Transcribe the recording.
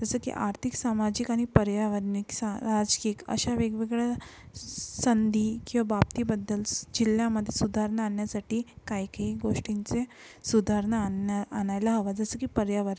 जसं की आर्थिक सामाजिक आणि पर्यावरणिक सा राजकीक अशा वेगवेगळ्या संधी किंवा बाबतीबद्दल स् जिल्ह्यामध्ये सुधारणा आणण्यासाठी काही काही गोष्टींचे सुधारणा आणण्या आणायला हवं जसं की पर्यावरण